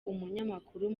umunyamakuru